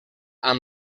amb